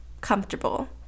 Comfortable